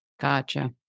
Gotcha